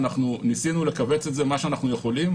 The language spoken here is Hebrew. שניסינו לכווץ כמה שאנחנו יכולים.